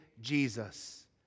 Jesus